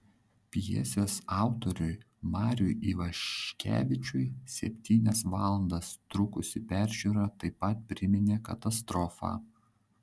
pjesės autoriui mariui ivaškevičiui septynias valandas trukusi peržiūra taip pat priminė katastrofą